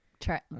Try